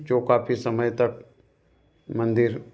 जो काफ़ी समय तक मंदिर